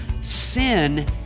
Sin